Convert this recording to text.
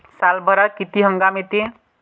सालभरात किती हंगाम येते?